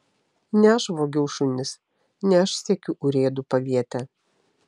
ne aš vogiau šunis ne aš siekiu urėdų paviete